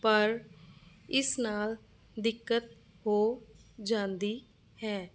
ਪਰ ਇਸ ਨਾਲ ਦਿੱਕਤ ਹੋ ਜਾਂਦੀ ਹੈ